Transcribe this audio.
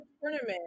tournament